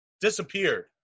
disappeared